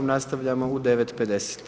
Nastavljamo u 9,50.